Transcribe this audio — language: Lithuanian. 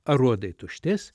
aruodai tuštės